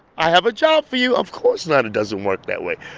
i have a job for you. of course not. it doesn't work that way.